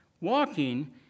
Walking